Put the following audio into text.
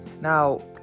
Now